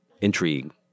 intrigue